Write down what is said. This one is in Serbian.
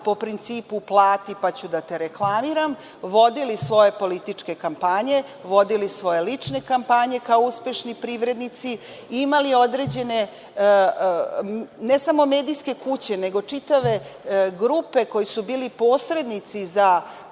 po principu plati pa ću da te reklamiram, vodili svoje političke kampanje, vodili svoje lične kampanje kao uspešni privrednici, imali određene ne samo medijske kuće, nego čitave grupe koje su bile posrednici za